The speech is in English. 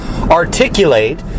articulate